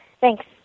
Thanks